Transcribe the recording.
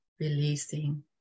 releasing